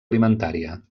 alimentària